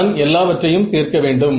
நான் எல்லாவற்றையும் தீர்க்க வேண்டும்